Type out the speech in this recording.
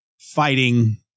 fighting